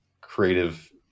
creative